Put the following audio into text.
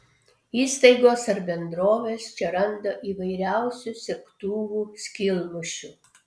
įstaigos ar bendrovės čia randa įvairiausių segtuvų skylmušių